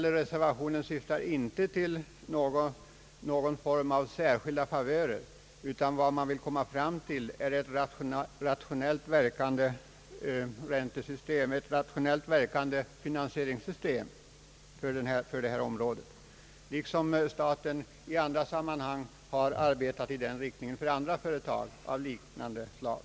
Reservationen syftar inte till någon form av särskilda favörer. Vad man vill komma fram till är ett rationellt verkande finansieringssystem för detta område liksom staten i andra sammanhang har arbetat i samma riktning för andra företag av liknande slag.